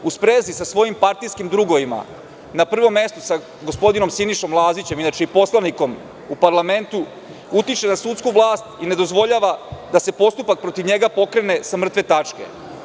U sprezi sa svojim partijskim drugovima, na prvom mestu sa gospodinom Sinišom Lazićem, inače poslanikom u parlamentu, utiče na sudsku vlast i ne dozvoljava da se postupak protiv njega pokrene sa mrtve tačke.